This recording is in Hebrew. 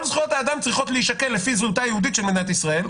כל זכויות האדם צריכות להישקל לפי זהותה היהודית של מדינת ישראל,